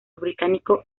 británico